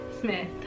Smith